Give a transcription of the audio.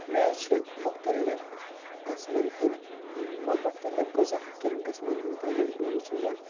مےٚ حظ چھِ مُختلِف قٕسمَن ہِنٛدۍ مُختلِف غٕزا کٮ۪ن قٕسمَن ہِنٛدۍ تجرُبہٕ حظ چھُ مےٚ